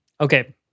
Okay